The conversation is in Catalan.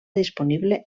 disponible